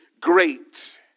great